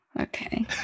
okay